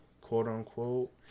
quote-unquote